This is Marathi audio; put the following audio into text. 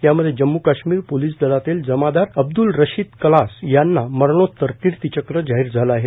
यामध्ये जम्म् काश्मीर पोलिस दलातले जमादार अब्द्रल राशीद कलास यांना मरणोतर कीर्ती चक्र जाहीर झालं आहे